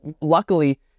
luckily